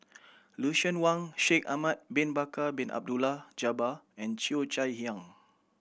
Lucien Wang Shaikh Ahmad Bin Bakar Bin Abdullah Jabbar and Cheo Chai Hiang